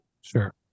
Sure